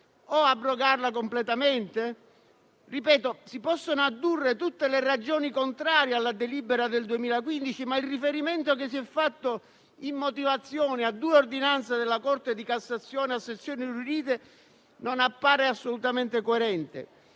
**(ore 10,30)** (*Segue* GRASSO). Si possono addurre tutte le ragioni contrarie alla delibera del 2015, ma il riferimento che si è fatto in motivazione a due ordinanze della Corte di Cassazione a Sezioni Unite non appare assolutamente coerente.